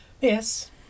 Yes